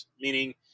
meaning